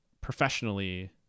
professionally